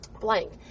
blank